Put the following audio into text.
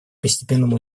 постепенному